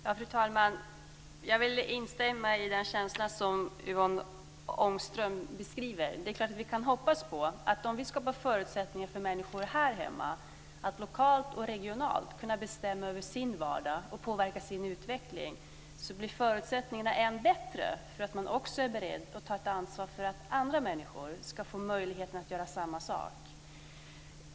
Fru talman! Jag vill instämma i den känsla som Yvonne Ångström beskriver. Vi kan naturligtvis hoppas att om vi skapar förutsättningar för människor här hemma att lokalt och regionalt kunna bestämma över sin vardag och påverka sin utveckling så blir förutsättningarna än bättre att man också är beredd att ta ett ansvar för att andra människor ska få möjligheten att göra samma sak.